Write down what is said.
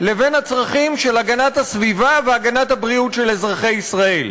לבין הצרכים של הגנת הסביבה והגנת הבריאות של אזרחי ישראל.